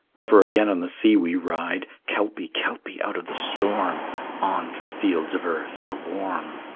never again on the sea we ride. kelpie, kelpie, out of the storm on, for the fields of earth are warm!